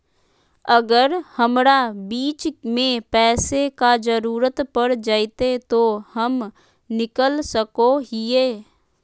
अगर हमरा बीच में पैसे का जरूरत पड़ जयते तो हम निकल सको हीये